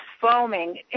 foaming